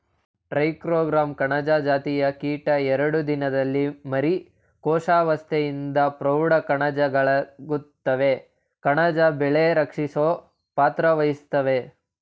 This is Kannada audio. ಟ್ರೈಕೋಗ್ರಾಮ ಕಣಜ ಜಾತಿಯ ಕೀಟ ಎರಡು ದಿನದಲ್ಲಿ ಮರಿ ಕೋಶಾವಸ್ತೆಯಿಂದ ಪ್ರೌಢ ಕಣಜಗಳಾಗುತ್ವೆ ಕಣಜ ಬೆಳೆ ರಕ್ಷಿಸೊ ಪಾತ್ರವಹಿಸ್ತವೇ